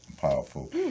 powerful